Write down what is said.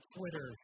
Twitter